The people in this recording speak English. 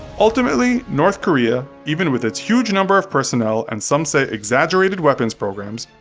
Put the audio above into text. ultimately, north korea, even with its huge number of personnel and some say exaggerated weapons programs,